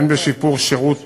הן בשיפור שירות